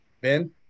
Ben